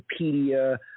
Wikipedia